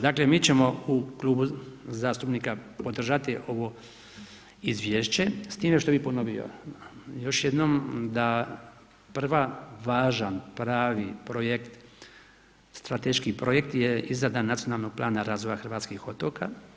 Dakle mi ćemo u klubu zastupnika podržati ovo izvješće s time što bi ponovio još jednom da prvi važan pravi projekt, strateški projekt je izrada Nacionalnog plana razvoja hrvatskih otoka.